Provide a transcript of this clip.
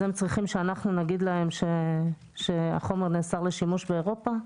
אז הם צריכים שאנחנו נגיד להם שהחומר נאסר לשימוש באירופה?